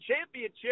Championship